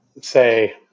say